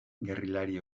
gerrillari